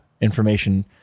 information